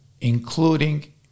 Including